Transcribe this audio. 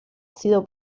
sido